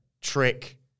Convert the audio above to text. Trick